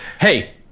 Hey